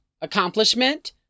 accomplishment